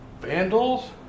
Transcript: vandals